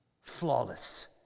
Flawless